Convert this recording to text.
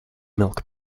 milk